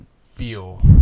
feel